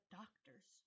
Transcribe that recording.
doctors